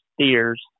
steers